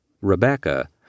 Rebecca